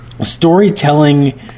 storytelling